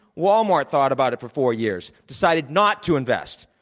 wal-mart thought about it for four years, decided not to invest.